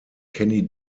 kenny